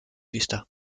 vista